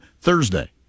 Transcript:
Thursday